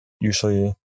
usually